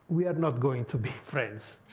we are not going to be friends.